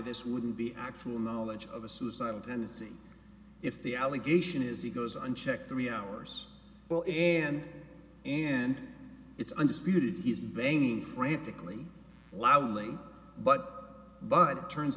this wouldn't be actual knowledge of a suicide and see if the allegation is he goes unchecked three hours well in and and it's undisputed he's banging frantically loudly but but it turns